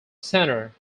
centre